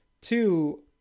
Two